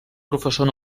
professor